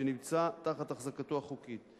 שנמצא תחת אחזקתו החוקית.